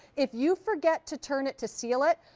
if you forget to turn it to seal it,